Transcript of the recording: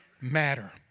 matter